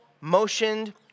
motioned